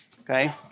okay